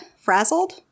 frazzled